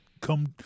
come